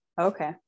Okay